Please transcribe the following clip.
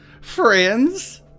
Friends